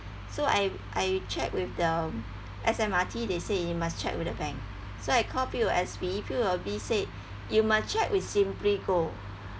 so I I checked with the S_M_R_T they say you must check with the bank so I called P_O_S_B P_O_S_B said you must check with simplygo